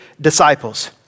disciples